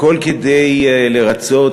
הכול כדי לרצות